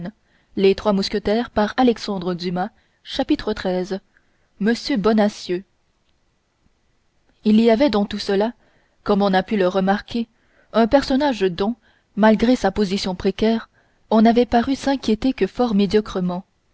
chapitre xiii monsieur bonacieux il y avait dans tout cela comme on a pu le remarquer un personnage dont malgré sa position précaire on n'avait paru s'inquiéter que fort médiocrement